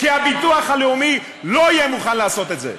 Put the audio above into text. כי הביטוח הלאומי לא יהיה מוכן לעשות את זה.